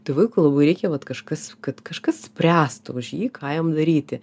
tai vaikui labai reikia vat kažkas kad kažkas spręstų už jį ką jam daryti